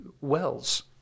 wells